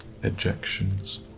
ejections